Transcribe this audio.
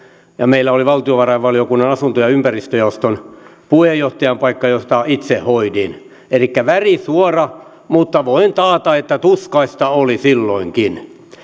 ja meillä oli valtiovarainvaliokunnan asunto ja ympäristöjaoston puheenjohtajan paikka jota itse hoidin elikkä värisuora mutta voin taata että tuskaista oli silloinkin